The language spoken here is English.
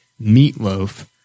meatloaf